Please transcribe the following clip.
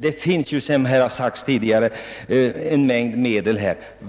Det finns som här sagts tidigare en mängd medel.